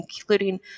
including